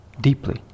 deeply